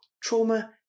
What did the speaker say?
Trauma